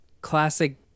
classic